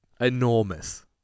Enormous